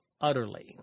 utterly